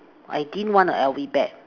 I didn't want a L_V bear